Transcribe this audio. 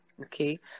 okay